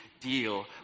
deal